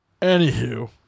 Anywho